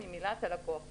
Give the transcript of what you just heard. שממילא אתה לקוח בו,